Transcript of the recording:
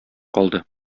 калды